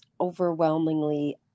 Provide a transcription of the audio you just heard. overwhelmingly